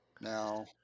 Now